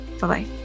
Bye-bye